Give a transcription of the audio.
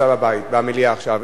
שנמצא במליאה עכשיו.